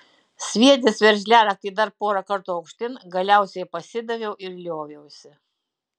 sviedęs veržliaraktį dar pora kartų aukštyn galiausiai pasidaviau ir lioviausi